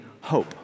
hope